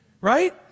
right